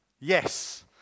Yes